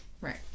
Right